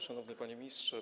Szanowny Panie Ministrze!